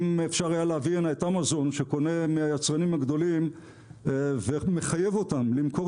אם אפשר היה להביא הנה את אמזון שקונה מהיצרנים הגדולים ומחייב אותם למכור